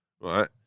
right